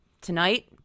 Tonight